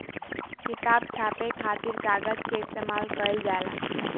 किताब छापे खातिर कागज के इस्तेमाल कईल जाला